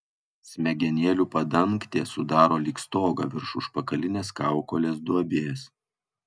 smegenėlių padangtė sudaro lyg stogą virš užpakalinės kaukolės duobės